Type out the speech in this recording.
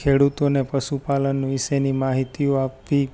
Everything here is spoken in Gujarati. ખેડુતોને પશુપાલન વિશેની માહિતીઓ આપવી